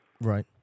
Right